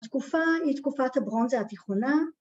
‫התקופה היא תקופת הברונזה התיכונה.